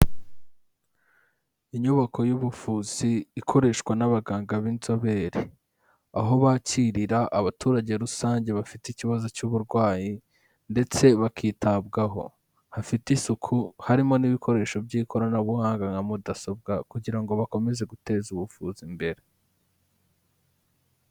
Inyubako y'ubuvuzi ikoreshwa n'abaganga b'inzobere, aho bakirira abaturage rusange bafite ikibazo cy'uburwayi ndetse bakitabwaho. Hafite isuku harimo n'ibikoresho by'ikoranabuhanga nka mudasobwa kugira ngo bakomeze guteza ubuvuzi imbere.